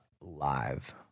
live